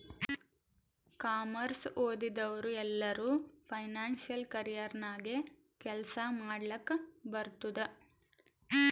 commerce ಓದಿದವ್ರು ಎಲ್ಲರೂ financial career ನಾಗೆ ಕೆಲ್ಸಾ ಮಾಡ್ಲಕ್ ಬರ್ತುದ್